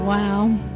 Wow